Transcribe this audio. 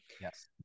Yes